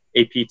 apt